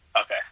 Okay